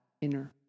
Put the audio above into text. inner